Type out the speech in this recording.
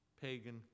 pagan